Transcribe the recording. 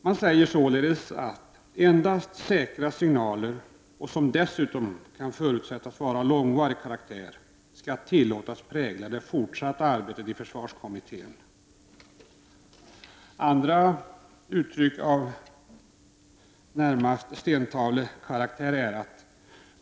Man säger således att endast säkra signaler, som dessutom kan förutses vara av långvarig karaktär, skall tilllåtas prägla det fortsatta arbetet i försvarskommittén.